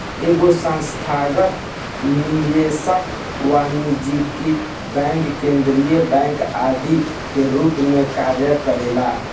एगो संस्थागत निवेशक वाणिज्यिक बैंक केंद्रीय बैंक आदि के रूप में कार्य करेला